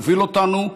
תוביל אותנו.